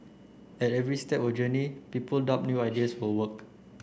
at every step of the journey people doubt new ideas will work